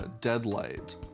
Deadlight